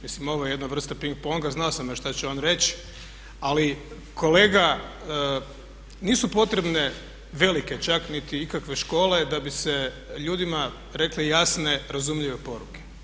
Mislim ovo je jedna vrsta ping ponga, znao sam ja šta će on reći ali kolega nisu potrebe velike čak niti ikakve škole da bise ljudima rekle jasne, razumljive poruke.